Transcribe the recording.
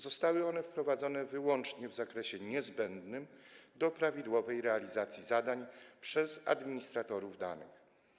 Zostały one wprowadzone wyłącznie w zakresie niezbędnym do prawidłowej realizacji zadań przez administratorów danych.